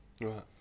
Right